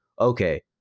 okay